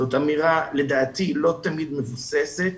זאת אמירה שלדעתי לא תמיד מבוססת.